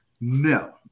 no